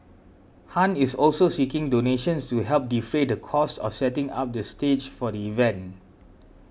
Han is also seeking donations to help defray the cost of setting up the stage for the event